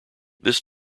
this